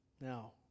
Now